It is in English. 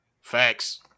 Facts